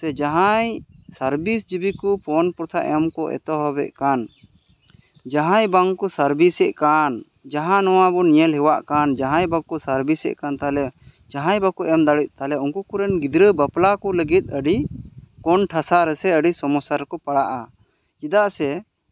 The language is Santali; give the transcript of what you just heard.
ᱥᱮ ᱡᱟᱦᱟᱸᱭ ᱥᱟᱨᱵᱤᱥ ᱡᱤᱵᱤ ᱠᱚ ᱯᱚᱱ ᱯᱨᱚᱛᱷᱟ ᱮᱢ ᱠᱚ ᱮᱛᱚᱦᱚᱵᱮᱫ ᱠᱟᱱ ᱡᱟᱦᱟᱭ ᱵᱟᱝ ᱠᱚ ᱥᱟᱨᱵᱷᱤᱥᱮᱜ ᱠᱟᱱ ᱡᱟᱦᱟᱸ ᱱᱚᱣᱟ ᱵᱚᱱ ᱧᱮᱞ ᱦᱮᱣᱟᱜ ᱠᱟᱱ ᱡᱟᱦᱟᱭ ᱵᱟᱠᱚ ᱥᱟᱨᱵᱷᱤᱥᱮᱫ ᱠᱟᱱ ᱛᱟᱦᱚᱞᱮ ᱡᱟᱦᱟᱭ ᱵᱟᱠᱚ ᱮᱢ ᱫᱟᱲᱮᱭᱟᱜ ᱛᱟᱦᱚᱞᱮ ᱩᱱᱠᱩ ᱠᱚᱨᱮᱱ ᱜᱤᱫᱽᱨᱟᱹ ᱵᱟᱯᱞᱟ ᱠᱚ ᱞᱟ ᱜᱤᱫ ᱟ ᱰᱤ ᱠᱚᱱ ᱴᱷᱟᱥᱟ ᱨᱮ ᱥᱮ ᱟᱹᱰᱤ ᱥᱚᱢᱚᱥᱥᱟ ᱨᱮᱠᱚ ᱯᱟᱲᱟᱜᱼᱟ ᱪᱮᱫᱟᱜ ᱥᱮ